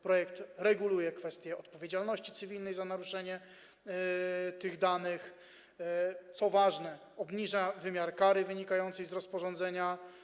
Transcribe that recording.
Projekt reguluje kwestie odpowiedzialności cywilnej za naruszenie tych przepisów, co ważne, obniża wymiar kary wynikającej z rozporządzenia.